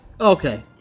okay